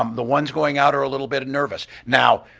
um the ones going out are a little bit and nervous. now,